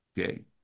Okay